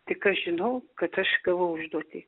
tik aš žinau kad aš gavau užduotį